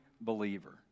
believer